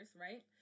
right